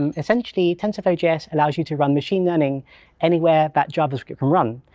and essentially, tensorflow js allows you to run machine learning anywhere that javascript can run.